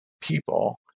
people